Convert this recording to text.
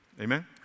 Amen